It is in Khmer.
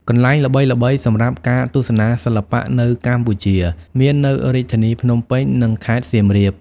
កន្លែងល្បីៗសម្រាប់ការទស្សនាសិល្បៈនៅកម្ពុជាមាន នៅរាជធានីភ្នំពេញ និងខេត្តសៀមរាប។